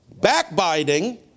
backbiting